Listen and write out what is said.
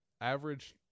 average